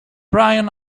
brian